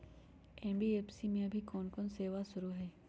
NBFC में अभी कोन कोन सेवा शुरु हई?